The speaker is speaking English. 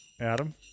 Adam